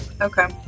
Okay